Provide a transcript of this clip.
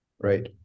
right